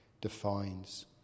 defines